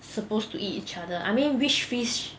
supposed to eat other I mean which fish